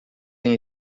tem